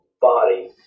body